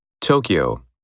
Tokyo